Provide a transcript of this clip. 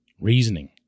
reasoning